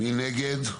מי נגד?